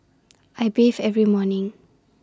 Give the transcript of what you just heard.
I bathe every morning